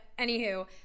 anywho